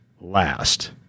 last